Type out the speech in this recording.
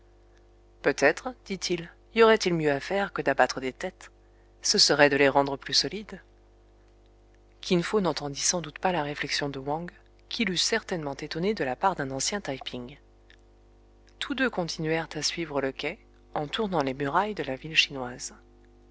peut-être dit-il y aurait-il mieux à faire que d'abattre des têtes ce serait de les rendre plus solides kin fo n'entendit sans doute pas la réflexion de wang qui l'eût certainement étonné de la part d'un ancien taï ping tous deux continuèrent à suivre le quai en tournant les murailles de la ville chinoise